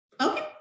Okay